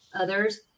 others